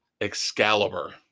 Excalibur